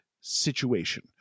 situation